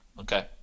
Okay